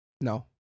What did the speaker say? No